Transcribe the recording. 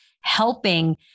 helping